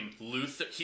Luther